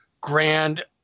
grand